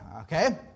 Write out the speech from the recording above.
okay